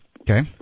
Okay